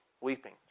weeping